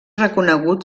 reconegut